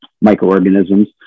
microorganisms